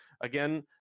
Again